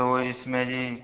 تو اس میں جی